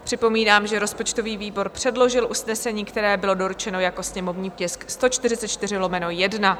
Připomínám, že rozpočtový výbor předložil usnesení, které bylo doručeno jako sněmovní tisk 144/1.